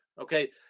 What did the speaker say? okay